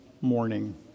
morning